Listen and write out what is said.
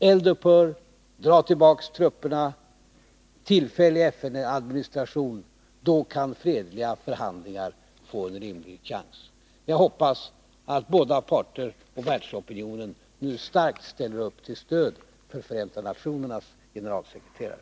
Eld upphör, tillbakadragning av trupperna, tillfällig FN-administration — då kan fredliga förhandlingar få en rimlig chans. Jag hoppas att båda parter och världsopinionen nu starkt ställer upp till stöd för Förenta nationernas generalsekreterare.